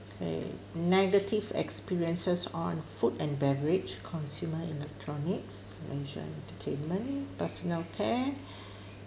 K negative experiences on food and beverage consumer electronics mentioned to claimant personal care